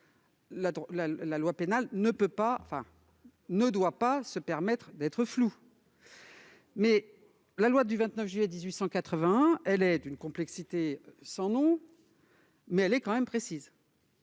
la loi pénale ne doit effectivement pas se permettre d'être floue. Si la loi du 29 juillet 1881 est d'une complexité sans nom, elle est tout de même précise.